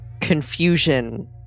confusion